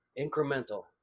incremental